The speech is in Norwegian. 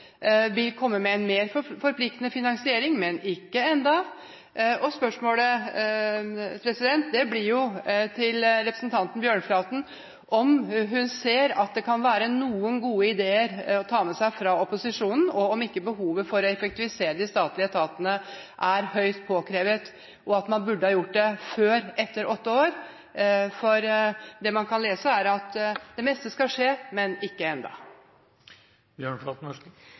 vil effektivisere planleggingsprosessene. Den vil komme med en mer forpliktende finansiering – men ikke ennå. Spørsmålet til representanten Bjørnflaten blir om hun ser at det kan være noen gode ideer å ta med seg fra opposisjonen, om ikke behovet for å effektivisere de statlige etatene er høyst påkrevet, og at man burde ha gjort det i løpet av åtte år. Det man kan lese, er at det meste skal skje – men ikke